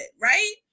right